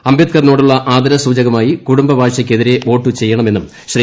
അംബേദ്ക്കറി നോടുള്ള ആദരസൂചനകമായി കുടുംബ വാഴ്ചക്കെതിരെ വോട്ട് ചെയ്യണമെന്നും ശ്രീ